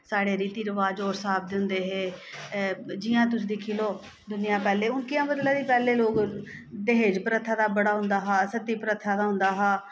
साढ़े रीति रवाज़ होर स्हाब दे होंदे हे अ जि'यां तुस दिक्खी लैओ दूनियां पैह्ले हून कि'यां बदला दी पैह्लें लोक दहे्ज प्रथा दा बड़ा होंदा हा सती प्रथा दा होंदा हा